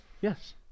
Yes